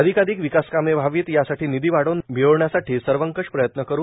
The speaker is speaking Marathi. अधिकाधिक विकासकामे व्हावीत यासाठी निधी वाढवून मिळण्यासाठी सर्वकश प्रयत्न करू